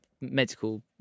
medical